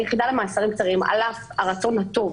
היחידה למאסרים קצרים, על אף הרצון הטוב